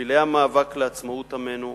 לנפילי המאבק לעצמאות עמנו,